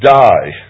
die